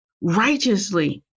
righteously